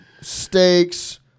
steaks –